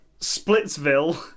Splitsville